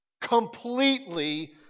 completely